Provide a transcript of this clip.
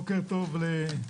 בוקר טוב לכולם.